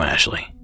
Ashley